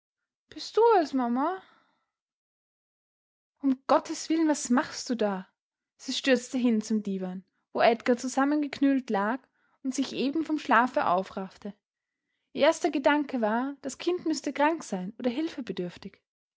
bist du es mama um gottes willen was machst du da sie stürzte hin zum diwan wo edgar zusammengeknüllt lag und sich eben vom schlafe aufraffte ihr erster gedanke war das kind müsse krank sein oder